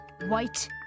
White